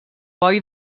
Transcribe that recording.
boi